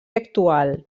actual